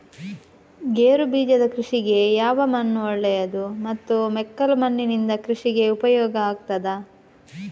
ಗೇರುಬೀಜದ ಕೃಷಿಗೆ ಯಾವ ಮಣ್ಣು ಒಳ್ಳೆಯದು ಮತ್ತು ಮೆಕ್ಕಲು ಮಣ್ಣಿನಿಂದ ಕೃಷಿಗೆ ಉಪಯೋಗ ಆಗುತ್ತದಾ?